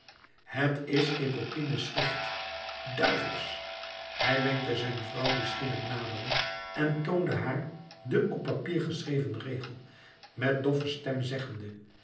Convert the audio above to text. het licht t is epopine's schrift duivels hij wenkte zijn vrouw die schielijk naderde en toonde haar den op het papier geschreven regel met doffe stem zeggende